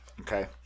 Okay